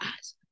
eyes